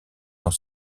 dans